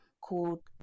called